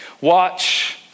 Watch